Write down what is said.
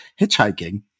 hitchhiking